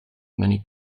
many